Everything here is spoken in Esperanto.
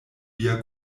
via